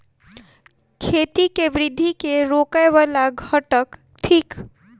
खेती केँ वृद्धि केँ रोकय वला घटक थिक?